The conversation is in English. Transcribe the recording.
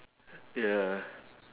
ya